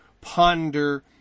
ponder